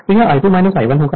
तो यह I2 I1 होगा